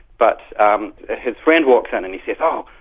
but um ah his friend walks in and he says, oh,